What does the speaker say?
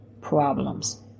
problems